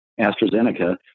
AstraZeneca